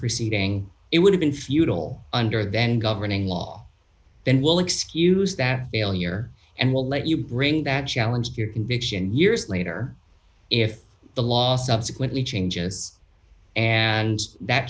proceeding it would have been futile under then governing law then we'll excuse that failure and we'll let you bring that challenge your conviction years later if the law subsequently changes and that